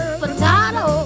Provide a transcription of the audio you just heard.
potato